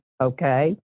okay